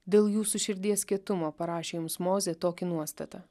dėl jūsų širdies kietumo parašė jums mozė tokį nuostatą